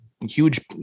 huge